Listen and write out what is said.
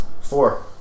Four